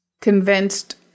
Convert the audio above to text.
convinced